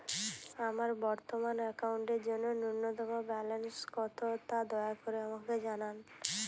আমার বর্তমান অ্যাকাউন্টের জন্য ন্যূনতম ব্যালেন্স কত তা দয়া করে আমাকে জানান